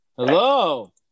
hello